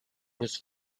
was